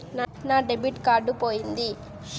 నా debit card పోయింది